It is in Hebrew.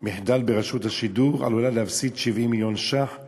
מחדל, רשות השידור עלולה להפסיד 70 מיליון שקלים